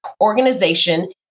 organization